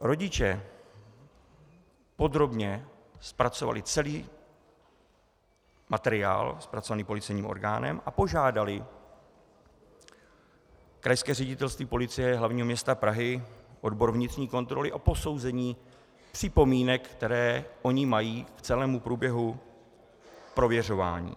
Rodiče podrobně zpracovali celý materiál zpracovaný policejním orgánem a požádali Krajské ředitelství policie hlavního města Prahy, odbor vnitřní kontroly, o posouzení připomínek, které oni mají k celému průběhu prověřování.